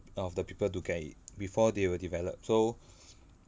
of the people to get it before they will develop so